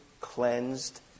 cleansed